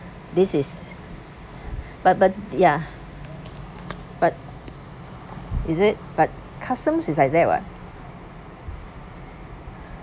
this is but but ya but is it but customs it's like that what